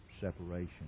separation